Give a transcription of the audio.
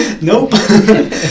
nope